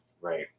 right